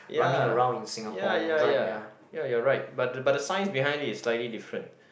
ya ya ya ya ya you're right but the but the science behind it is slightly different